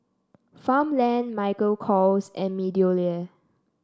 Farmland Michael Kors and MeadowLea